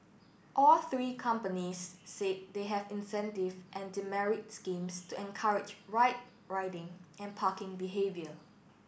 all three companies said they have incentive and demerit schemes to encourage right riding and parking behaviour